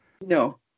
No